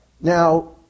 Now